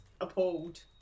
appalled